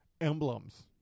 emblems